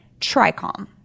Tricom